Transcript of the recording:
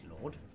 Lord